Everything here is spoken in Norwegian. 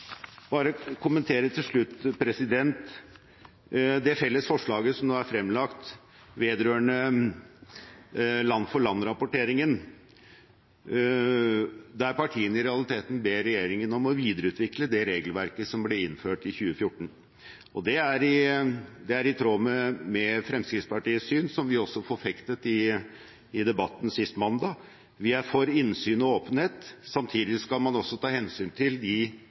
til slutt bare kommentere det felles forslaget som nå er fremlagt, vedrørende land-for-land-rapporteringen, der partiene i realiteten ber regjeringen om å videreutvikle det regelverket som ble innført i 2014. Det er i tråd med Fremskrittspartiets syn, som vi også forfektet i debatten sist mandag. Vi er for innsyn og åpenhet. Samtidig skal man også ta hensyn til de